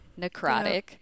necrotic